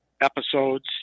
episodes